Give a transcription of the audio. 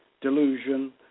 Delusion